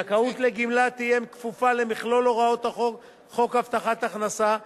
הזכאות לגמלה תהיה כפופה למכלול הוראות חוק הבטחת הכנסה,